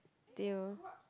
they will